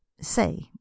say